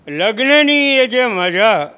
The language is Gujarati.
લગ્નની એ જે મજા